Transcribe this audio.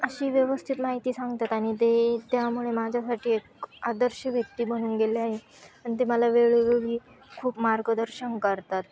अशी व्यवस्थित माहिती सांगतात आणि ते त्यामुळे माझ्यासाठी एक आदर्श व्यक्ती बनून गेले आहे आणि ते मला वेळोवेगळी खूप मार्गदर्शन करतात